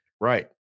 Right